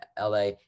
LA